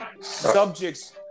subjects